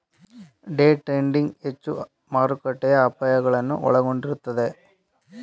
day trading ಹೆಚ್ಚು ಮಾರುಕಟ್ಟೆಯ ಅಪಾಯಗಳನ್ನು ಒಳಗೊಂಡಿರುತ್ತದೆ